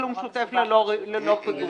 תשלום שוטף ללא פיגורים.